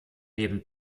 neben